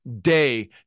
day